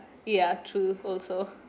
ya true also